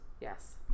Yes